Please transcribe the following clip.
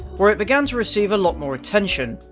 where it began to receive a lot more attention.